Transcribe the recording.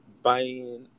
buying